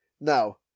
Now